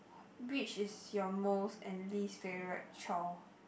which is your most and least favourite chore